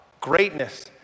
greatness